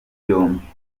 byombi